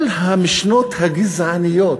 כל המשנות הגזעניות,